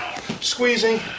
squeezing